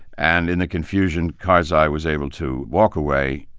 and in the confusion, karzai was able to walk away,